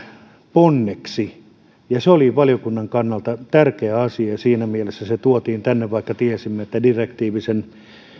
ponneksi se oli valiokunnan kannalta tärkeä asia ja siinä mielessä se tuotiin tänne vaikka tiesimme että direktiivi sen